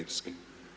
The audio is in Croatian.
Irske?